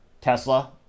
Tesla